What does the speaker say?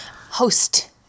Host